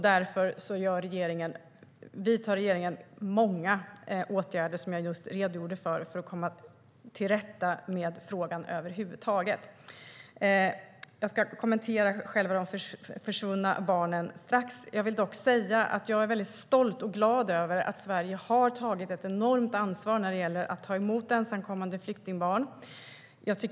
Därför vidtar regeringen många åtgärder för att komma till rätta med frågan över huvud taget. Jag ska kommentera de försvunna barnen alldeles strax. Jag vill dock säga att jag är stolt och glad över att Sverige har tagit ett enormt ansvar när det gäller att ta emot ensamkommande flyktingbarn.